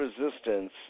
resistance